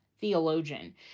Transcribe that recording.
theologian